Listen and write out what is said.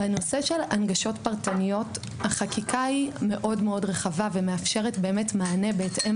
בנושא הנגשות פרטניות החקיקה מאוד-מאוד רחבה ומאפשרת מענה בהתאם